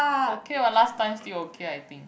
okay what last time still okay I think